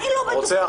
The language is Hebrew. אני לא בטוחה.